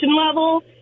level